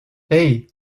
hey